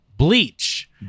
Bleach